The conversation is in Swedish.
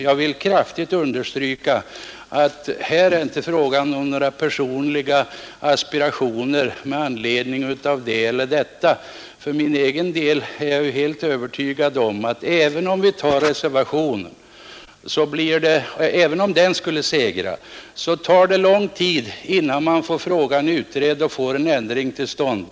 Jag vill kraftigt understryka att det inte är fråga om några personliga aspirationer. För min egen del är jag helt övertygad om att även om reservationen skulle segra, så tar det lång tid innan frågan blir utredd och vi får en ändring till stånd.